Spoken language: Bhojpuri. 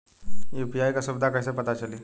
यू.पी.आई क सुविधा कैसे पता चली?